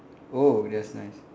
oh that's nice